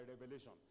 revelation